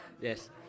Yes